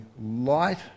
light